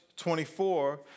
24